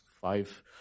five